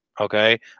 Okay